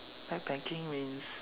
backpacking means